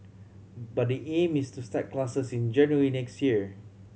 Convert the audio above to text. but the aim is to start classes in January next year